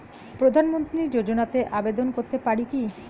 প্রধানমন্ত্রী যোজনাতে আবেদন করতে পারি কি?